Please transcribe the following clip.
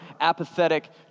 apathetic